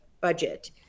budget